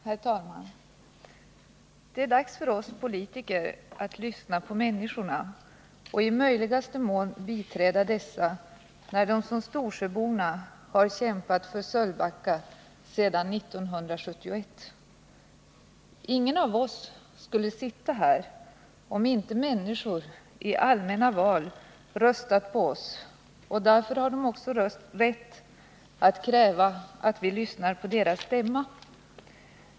Herr talman! Det är dags för oss politiker att lyssna på människorna och i möjligaste mån biträda dem när de som Storsjöborna har kämpat för Sölvbacka sedan 1971. Ingen av oss skulle sitta här, om inte människor i allmänna val hade röstat på oss, och därför har de också rätt att kräva att vi lyssnar på deras stämma.